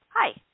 Hi